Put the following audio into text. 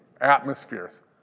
Atmospheres